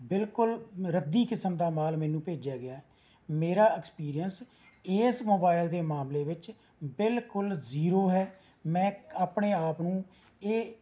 ਬਿਲਕੁਲ ਰੱਦੀ ਕਿਸਮ ਦਾ ਮਾਲ ਮੈਨੂੰ ਭੇਜਿਆ ਗਿਆ ਹੈ ਮੇਰਾ ਐਕਸਪੀਰੀਐਂਸ ਇਸ ਮੋਬਾਇਲ ਦੇ ਮਾਮਲੇ ਵਿੱਚ ਬਿਲਕੁਲ ਜ਼ੀਰੋ ਹੈ ਮੈਂ ਆਪਣੇ ਆਪ ਨੂੰ ਇਹ